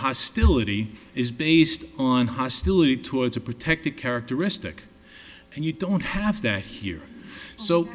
hostility is based on hostility towards a protected characteristic and you don't have that here so